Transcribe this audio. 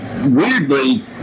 weirdly